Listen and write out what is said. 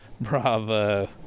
Bravo